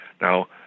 Now